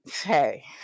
hey